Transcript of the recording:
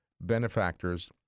benefactors